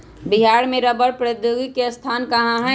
बिहार में रबड़ प्रौद्योगिकी के संस्थान कहाँ हई?